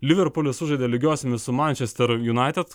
liverpulis sužaidė lygiosiomis su mančester junaited